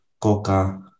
coca